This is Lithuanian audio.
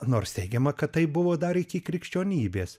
nors teigiama kad taip buvo dar iki krikščionybės